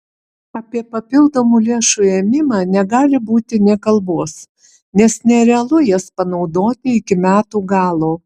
apie papildomų lėšų ėmimą negali būti nė kalbos nes nerealu jas panaudoti iki metų galo